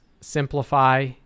simplify